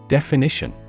Definition